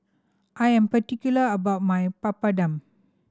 I am particular about my Papadum